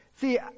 See